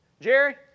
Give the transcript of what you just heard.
Jerry